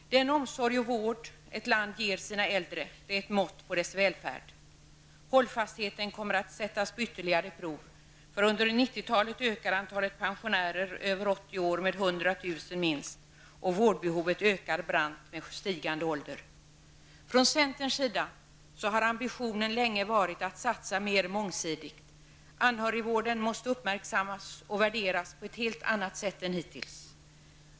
Den omsorg och vård ett land ger sina äldre är ett mått på dess välfärd. Hållfastheten kommer att sättas på ytterligare prov. Under 90-talet ökar antalet pensionärer över 80 år med minst 100 000, och vårdbehovet ökar brant med stigande ålder. Från centerns sida har ambitionen länge varit att satsa mer mångsidigt. Anhörigvården måste uppmärksammas och värderas på ett helt annat sätt än hittills.